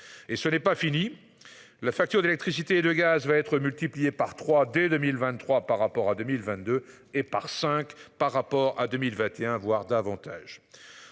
Et ce n'est pas fini. La facture d'électricité et de gaz va être multiplié par 3. Dès 2023, par rapport à 2022 et par 5 par rapport à 2021, voire davantage